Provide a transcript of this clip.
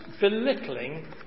belittling